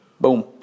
Boom